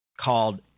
called